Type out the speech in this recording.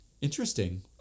interesting